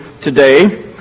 today